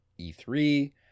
E3